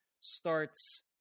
starts